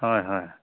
হয় হয়